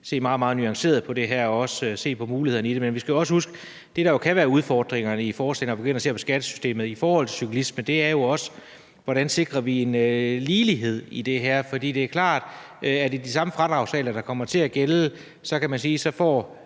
se meget, meget nuanceret på det her og se på mulighederne i det. Men vi skal også huske, at det, der kan være udfordringerne i at gå ind og se på skattesystemet i forhold til cyklisme, er jo også, hvordan vi sikrer lighed i det her. For det er klart, at hvis det er de samme fradragsregler, der kommer til at gælde, så får direktøren,